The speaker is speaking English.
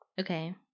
Okay